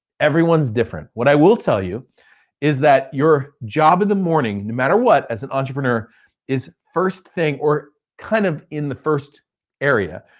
everyone's different. what i will tell you is that your job in the morning, no matter what, as an entrepreneur is, first thing or, kind of in the first area,